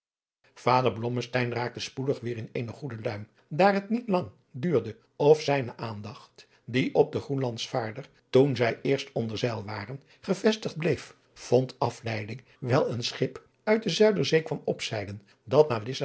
blommesteyn raakte spoedig weêr in eene goede luim daar het niet lang adriaan loosjes pzn het leven van johannes wouter blommesteyn duurde of zijne aandacht die op den groenlandsvaarder toen zij eerst onder zeil waren gevestigd bleef vond afleiding wijl een schip uit de zuiderzee kwam opzeilen dat naar